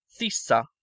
Thissa